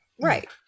Right